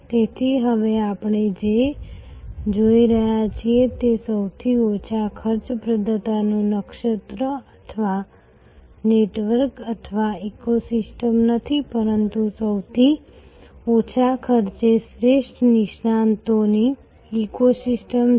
તેથી હવે આપણે જે જોઈ રહ્યા છીએ તે સૌથી ઓછા ખર્ચ પ્રદાતાનું નક્ષત્ર અથવા નેટવર્ક અથવા ઇકોસિસ્ટમ નથી પરંતુ સૌથી ઓછા ખર્ચે શ્રેષ્ઠ નિષ્ણાતોની ઇકોસિસ્ટમ છે